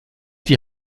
die